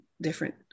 different